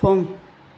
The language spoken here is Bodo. सम